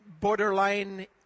borderline